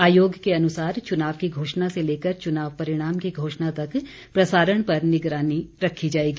आयोग के अनुसार चुनाव की घोषणा से लेकर चुनाव परिणाम की घोषणा तक प्रसारण पर निगरानी रखी जाएगी